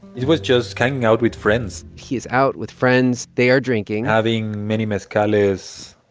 it was just hanging out with friends. he's out with friends. they are drinking. having many mezcales.